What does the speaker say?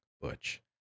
Butch